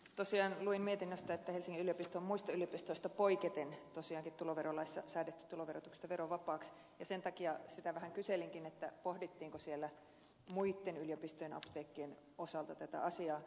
tosiaan luin mietinnöstä että helsingin yliopisto on muista yliopistoista poiketen tosiaankin tuloverolaissa säädetty tuloverotuksesta verovapaaksi ja sen takia sitä vähän kyselinkin pohdittiinko siellä muitten yliopistojen apteekkien osalta tätä asiaa